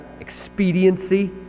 expediency